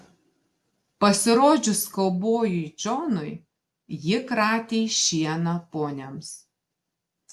pasirodžius kaubojui džonui ji kratė šieną poniams